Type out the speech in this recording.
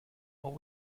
what